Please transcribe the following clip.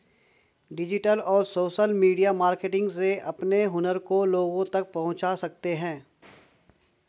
digital और social media marketing से अपने हुनर को लोगो तक पहुंचा सकते है